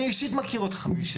אני, אישית, מכיר עוד חמישה.